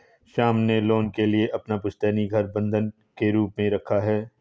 श्याम ने लोन के लिए अपना पुश्तैनी घर बंधक के रूप में रखा